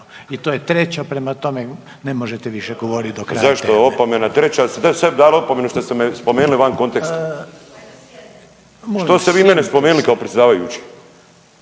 i to je treća, prema tome ne možete više govorit do kraja teme. **Bulj, Miro (MOST)** Zašto opomena treća? Jeste sebi dali opomenu što ste me spomenuli van konteksta? Što ste vi mene spomenuli kao predsjedavajući?